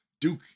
Duke